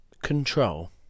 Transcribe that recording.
Control